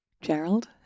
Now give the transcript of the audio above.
Gerald